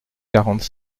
quarante